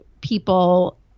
people